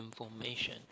information